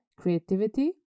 Creativity